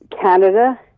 Canada